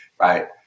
right